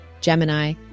Gemini